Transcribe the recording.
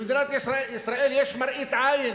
במדינת ישראל יש מראית עין